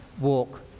walk